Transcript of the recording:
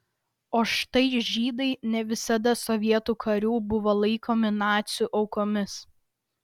o štai žydai ne visada sovietų karių buvo laikomi nacių aukomis